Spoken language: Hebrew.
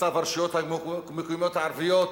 מצב הרשויות המקומיות הערביות,